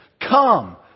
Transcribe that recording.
Come